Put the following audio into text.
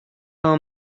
call